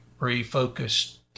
refocused